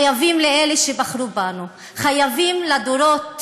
חייבים לאלה שבחרו בנו, חייבים לדורות